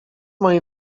moi